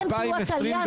אתם תהיו התליין,